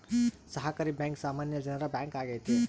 ಸಹಕಾರಿ ಬ್ಯಾಂಕ್ ಸಾಮಾನ್ಯ ಜನರ ಬ್ಯಾಂಕ್ ಆಗೈತೆ